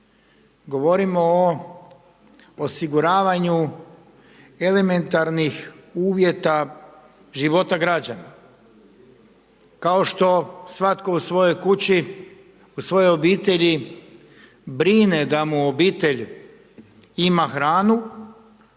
govorimo o osiguravanju elementarnih uvjeta života građana kao što svatko u svojoj kući, u svojoj obitelji brine da mu obitelj ima hranu